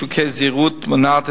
משיקולי זהירות מונעת,